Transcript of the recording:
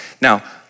Now